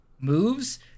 moves